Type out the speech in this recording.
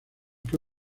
que